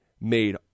made